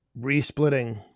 re-splitting